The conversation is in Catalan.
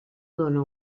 dóna